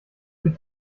für